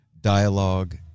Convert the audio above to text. dialogue